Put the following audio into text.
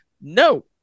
No